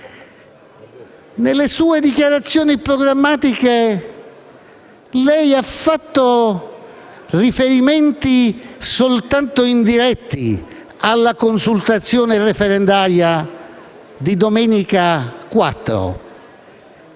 nelle sue dichiarazioni programmatiche lei ha fatto riferimenti solo indiretti alla consultazione referendaria di domenica 4